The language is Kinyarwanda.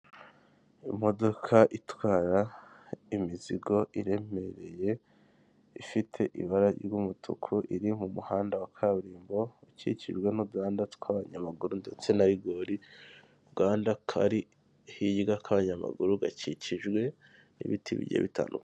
Imodoka itwara imizigo iremereye, ifite ibara ry'umutuku iri mu muhanda wa kaburimbo, ukikijwe n'uduhanda tw'abanyamaguru ndetse na rigori, agahanda kari hirya k'abanyamaguru gakikijwe n'ibiti bigiye bitandukanye.